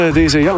deze